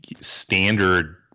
standard